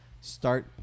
Start –